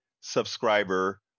subscriber